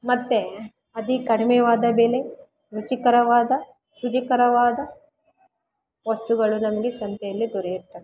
ಮತ್ತು ಅತಿ ಕಡಿಮೆವಾದ ಬೆಲೆ ರುಚಿಕರವಾದ ಶುಚಿಕರವಾದ ವಸ್ತುಗಳು ನಮಗೆ ಸಂತೆಯಲ್ಲಿ ದೊರೆಯುತ್ತದೆ